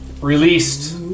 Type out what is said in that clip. released